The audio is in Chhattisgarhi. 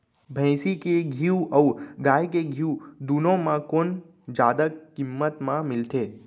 भैंसी के घीव अऊ गाय के घीव दूनो म कोन जादा किम्मत म मिलथे?